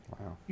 wow